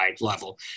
level